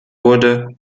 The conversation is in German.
wurde